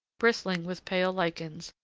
bristling with pale lichens,